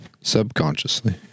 subconsciously